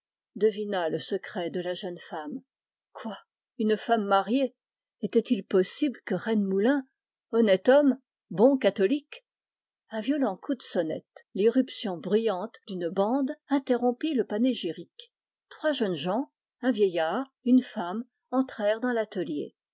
devina le secret de la jeune femme quoi une femme mariée était-il possible que rennemoulin honnête homme bon catholique un coup de sonnette l'irruption bruyante d'une bande interrompit la panégyrique trois jeunes gens un vieillard une femme entrèrent dans l'atelier